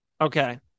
Okay